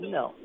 no